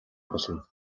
болно